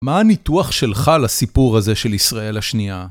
מה הניתוח שלך לסיפור הזה של ישראל השנייה?